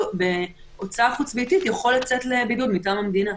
בהוצאה חוץ-ביתית יכול לצאת לבידוד מטעם המדינה.